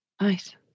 Nice